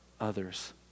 others